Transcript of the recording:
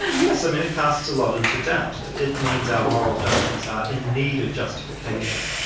yes, i mean it casts a lot into doubt. it means our moral judgements are in need of justification.